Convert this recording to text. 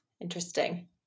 Interesting